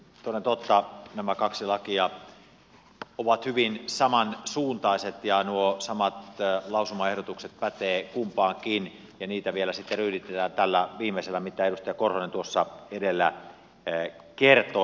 toden totta nämä kaksi lakia ovat hyvin samansuuntaiset ja nuo samat lausumaehdotukset pätevät kumpaankin ja niitä vielä ryyditetään tällä viimeisellä mitä edustaja korhonen edellä kertoi